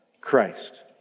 Christ